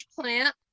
plant